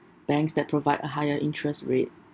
banks that provide a higher interest rate